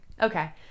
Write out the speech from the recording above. Okay